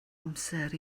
amser